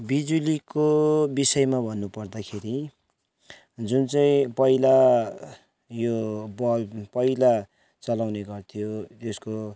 बिजुलीको विषयमा भन्नु पर्दाखेरि जुन चाहिँ पहिला यो बल्ब पहिला चलाउने गर्थ्यो यसको